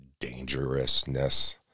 dangerousness